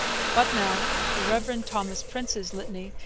but now the reverend thomas prince's litany,